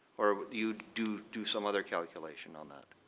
or would you do do some other calculation on that?